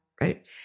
right